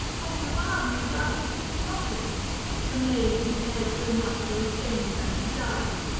will revile me with unseemly mocking the maid who cared so much for a stranger that she died,